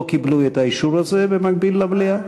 ולא קיבלה את האישור הזה לשבת במקביל למליאה.